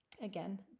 Again